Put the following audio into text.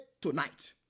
tonight